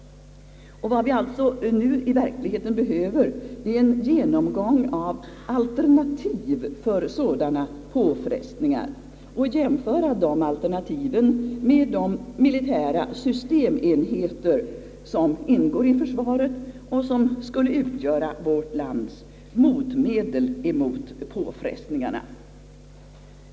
Vad vi alltså nu i verkligheten behöver är en genomgång av alternativ för sådana påfrestningar, så att vi kan jämföra de alternativen med de militära systemenheter som ingår i försvaret och som skulle utgöra vårt lands motmedel mot påfrestningarna.